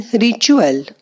ritual